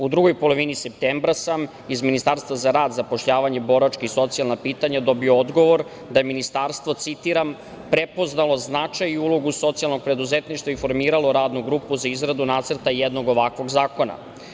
U drugoj polovini septembra sam iz Ministarstva za rad, zapošljavanje, boračka i socijalna pitanja dobio odgovor da je Ministarstvo, citiram „prepoznalo značaj i ulogu socijalnog preduzetništva i formiralo Radnu grupu za izradu nacrta jednog ovakvog zakona“